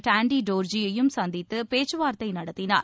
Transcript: டாண்டி டோர்ஜியையும் சந்தித்து பேச்சுவார்த்தை நடத்தினார்